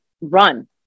run